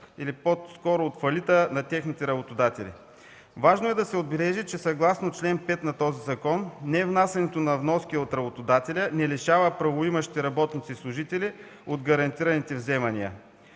или по-скоро от фалита на техните работодатели. Важно е да се отбележи, че съгласно чл. 5 на този закон невнасянето на вноски от работодателя не лишава правоимащите работници и служители от гарантираните вземания.